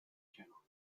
channel